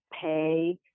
pay